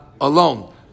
alone